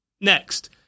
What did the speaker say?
Next